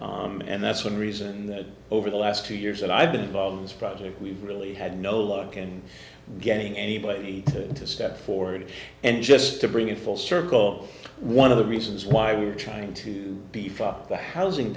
and that's one reason that over the last two years that i've been involved in this project we've really had no luck in getting anybody to step forward and just to bring it full circle one of the reasons why we're trying to beef up the housing